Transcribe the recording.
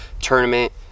tournament